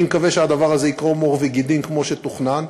אני מקווה שהדבר הזה יקרום עור וגידים כמו שתוכנן,